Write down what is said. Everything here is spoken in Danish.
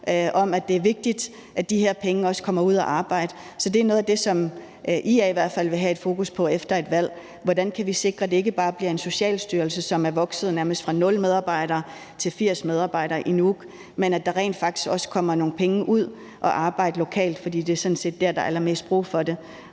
om, at det er vigtigt, at de her penge også kommer ud at arbejde. Så det er noget af det, som IA i hvert fald vil have fokus på efter et valg: Hvordan kan vi sikre, at det ikke bare bliver en socialstyrelse, som er vokset fra nærmest 0 medarbejdere til 80 medarbejdere i Nuuk, men at der rent faktisk også kommer nogle penge ud at arbejde lokalt? For det er sådan set der, der er allermest brug for det?